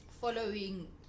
following